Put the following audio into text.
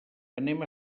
anem